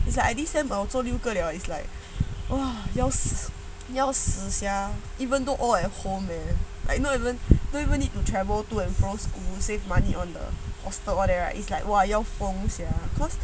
it's like I this semester I also 六个了 is like !wah! 要死要死 sia even though oil all at home eh like not even not even if you travel to and from school save money on the all that right is like !wah! 要疯 sia because